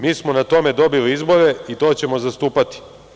Mi smo na tome dobili izbore i to ćemo zastupati“